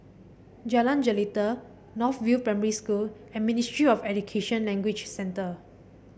Jalan Jelita North View Primary School and Ministry of Education Language Centre